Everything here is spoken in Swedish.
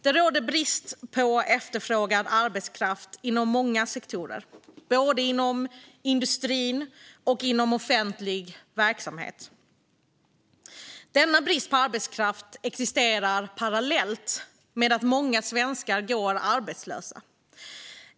Det råder brist på efterfrågad arbetskraft inom många sektorer, både inom industrin och inom offentlig verksamhet. Denna brist på arbetskraft existerar parallellt med att många svenskar går arbetslösa.